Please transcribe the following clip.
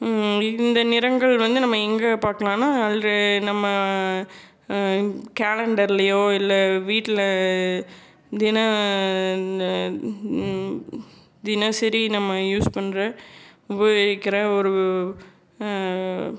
இந்த நிறங்கள் வந்து நம்ம எங்கே பார்க்கலான்னா அதில் நம்ம கேலண்டர்லேயோ இல்லை வீட்டில் தின தினசரி நம்ம யூஸ் பண்ற உபயோகிக்கிற ஒரு